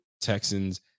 Texans